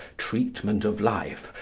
treatment of life,